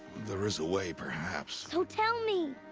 there is a way, perhaps. so tell me!